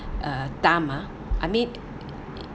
uh dam ah I mean